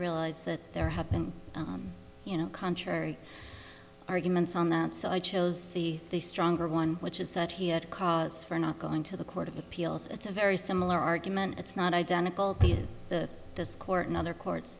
realize that there have been you know contrary arguments on that so i chose the stronger one which is that he had cause for not going to the court of appeals it's a very similar argument it's not identical to the discord in other courts